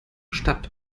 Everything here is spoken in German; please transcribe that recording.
stadt